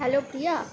hello Priya